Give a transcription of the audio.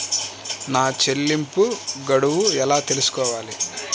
నా చెల్లింపు గడువు ఎలా తెలుసుకోవాలి?